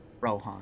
Rohan